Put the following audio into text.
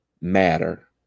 matter